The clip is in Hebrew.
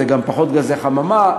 זה גם פחות גזי חממה,